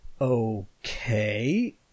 Okay